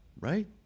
Right